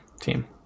team